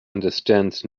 understands